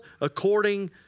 according